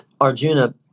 Arjuna